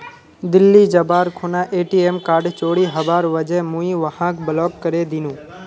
दिल्ली जबार खूना ATM card चोरी हबार वजह मुई वहाक ब्लॉक करे दिनु